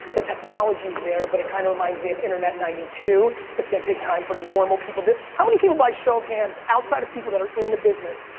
the technology's there, but it kinda reminds me of internet ninety two. it's gonna take time for normal people to, how many people, by show of hands, outside of people that are in the business,